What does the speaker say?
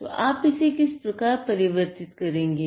तो आप इसे किस प्रकार परिवर्तित करेंगे